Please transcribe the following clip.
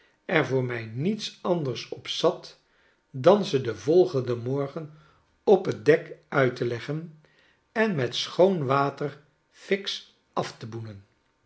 er voor mij niets anders op zat dan ze den volgenden morgen op t dek uit te leggen en met schoon water flks af te boenen